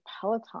Peloton